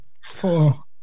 Four